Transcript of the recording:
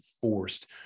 forced